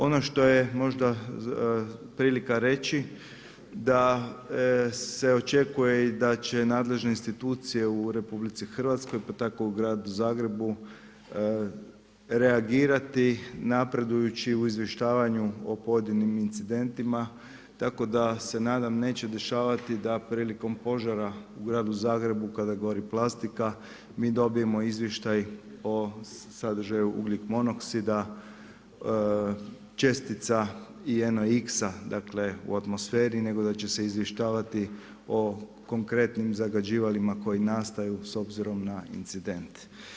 Ono što je možda prilika reći, da se očekuje i da će nadležne institucije u RH, pa tako u Gradu Zagrebu, reagirati napredujuću u izvještavanju o pojedinim incidentima, tako da se nadam neće dešavati da prilikom požara u Gradu Zagrebu, kada gori plastika, mi dobijemo izvještaj o sadržaju ugljik monoksida, čestica … dakle u atmosferi nego da će se izvještavati o konkretnim zagađivalima koji nastaju s obzirom na incident.